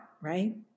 right